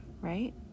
right